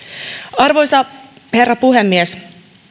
arvoisa herra puhemies